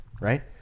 right